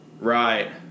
Right